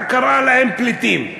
וקוראת להם פליטים?